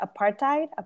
apartheid